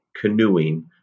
canoeing